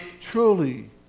truly